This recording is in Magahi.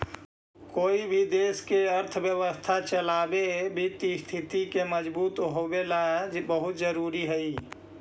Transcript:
कोई भी देश के अर्थव्यवस्था चलावे वित्तीय स्थिति के मजबूत होवेला बहुत जरूरी हइ